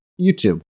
YouTube